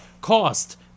cost